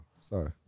Sorry